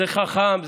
זה חכם.